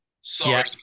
Sorry